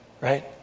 Right